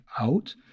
out